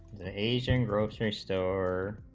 the asian grocery store